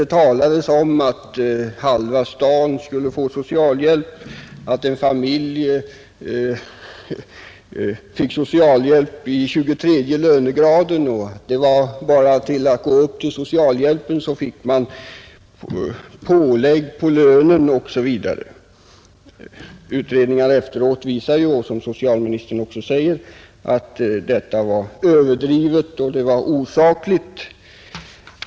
Det talades om att halva staden skulle få socialhjälp, att en familjeförsörjare i lönegrad 23 fick socialhjälp, att det bara var att gå till socialhjälpen, så fick man pålägg på lönen osv. Utredningarna efteråt visar, som socialministern också säger, att detta var överdrivet och osakligt.